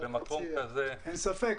אין ספק.